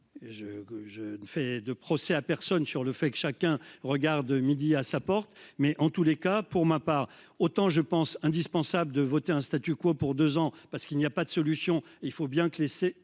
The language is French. je ne fais de procès à personne sur le fait qu'chacun regarde midi à sa porte, mais en tous les cas pour ma part, autant je pense indispensable de voter un statut quoi pour 2 ans parce qu'il n'y a pas de solution, il faut bien que laisser